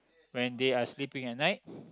when they are sleeping at night